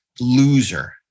loser